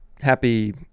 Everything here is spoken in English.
happy